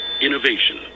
Innovation